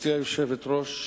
גברתי היושבת-ראש,